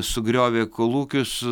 sugriovė kolūkius